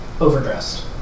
overdressed